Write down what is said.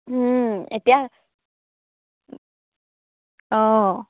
এতিয়া অঁ